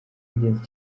ingenzi